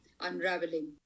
unraveling